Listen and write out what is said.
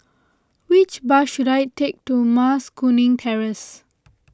which bus should I take to Mas Kuning Terrace